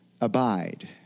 abide